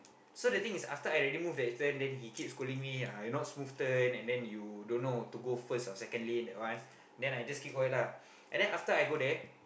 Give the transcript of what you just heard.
so the thing is after I already move that turn then he keep scolding me I not smooth turn and then you don't know to go first or second lane that one then I just keep quiet lah and then after I go there